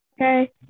Okay